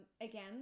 Again